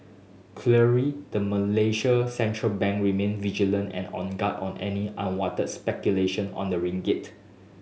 clearly the Malaysian central bank remain vigilant and on guard on any unwanted speculation on the ringgit